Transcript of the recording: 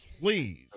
Please